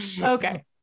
Okay